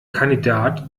kandidat